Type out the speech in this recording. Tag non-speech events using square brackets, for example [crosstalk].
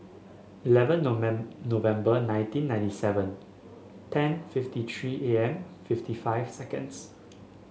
eleven [unintelligible] November nineteen ninety seven ten fifty three A M fifty five seconds